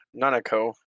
Nanako